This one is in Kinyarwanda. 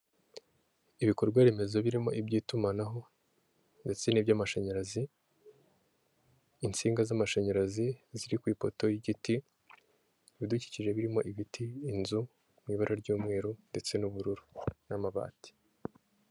Imodoka yo mu bwoko bwa dayihatsu yifashishwa mu gutwara imizigo ifite ibara ry'ubururu ndetse n'igisanduku cy'ibyuma iparitse iruhande rw'umuhanda, aho itegereje gushyirwamo imizigo. Izi modoka zikaba zifashishwa mu kworoshya serivisi z'ubwikorezi hirya no hino mu gihugu. Aho zifashishwa mu kugeza ibintu mu bice bitandukanye by'igihugu.